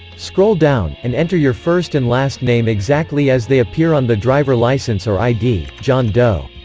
scroll down, and enter your first and last name exactly as they appear on the driver license or id john doe